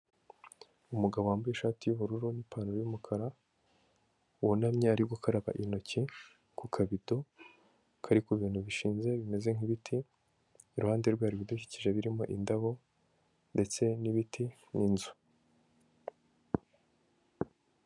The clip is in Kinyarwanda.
Umugabo wambaye ishati y'ubururu n'ipantaro y'umukara, wunamye arimo gukaraba intoki, ku kabido kari ku bintu bishinze bimeze nk'ibiti, iruhande rwe hari ibidukikije birimo indabo ndetse n'ibiti n'inzu.